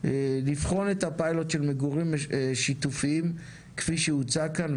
לבחון את הפיילוט של מגורים שיתופיים כפי שהוצג כאן,